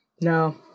No